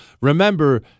Remember